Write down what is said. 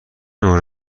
نوع